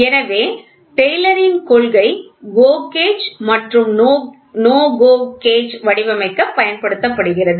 எனவே டெய்லரின் கொள்கை GO கேஜ் மற்றும் NO GO கேஜ் வடிவமைக்க பயன்படுத்தப்படுகிறது